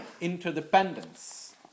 Interdependence